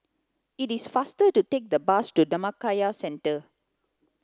it is faster to take the bus to Dhammakaya Centre